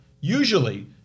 usually